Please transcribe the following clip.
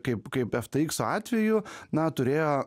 kaip kaip efteikso atveju na turėjo